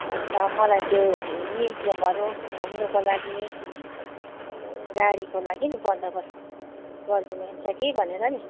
अन्त मलाई त्यो म्युजियमहरू घुम्नको लागि गाडीको लागि नि बन्दोबस्त गरिदिनु हुन्छ कि भनेर नि